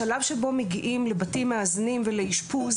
השלב שבו מגיעים לבתים מאזנים ולאשפוז